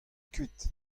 kuit